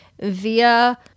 via